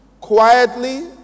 quietly